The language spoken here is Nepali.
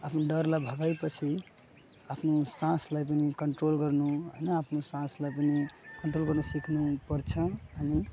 आफ्नो डरलाई भगाएपछि आफ्नो सासलाई पनि कन्ट्रोल गर्नु होइन आफ्नो सासलाई पनि कन्ट्रोल गर्नु सिक्नुपर्छ अनि